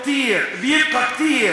בערבית ומתרגם:)